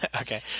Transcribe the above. Okay